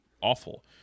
awful